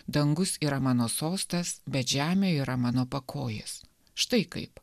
dangus yra mano sostas bet žemė yra mano pakojis štai kaip